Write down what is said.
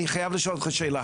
אני חייב לשאול אותך שאלה,